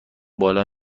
بالا